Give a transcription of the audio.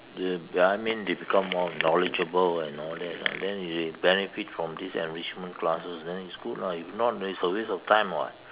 them I mean they become more knowledgeable and all that ah then they benefit from these enrichment classes then it's good lah if not then it's a waste of time [what]